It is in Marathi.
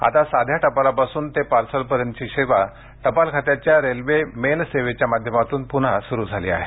आता साध्या टपालापासून ते पार्सलपर्यंतची सेवा टपाल खात्याच्या रेल्वे मेल सेवेच्या माध्यमातून पुन्हा सुरू झाली आहे